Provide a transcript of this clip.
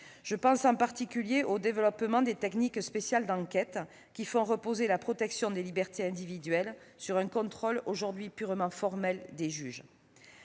Je pense en particulier au développement des techniques spéciales d'enquête, qui font reposer la protection des libertés individuelles sur un contrôle aujourd'hui purement formel des juges.